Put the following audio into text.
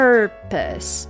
Purpose